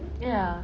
ya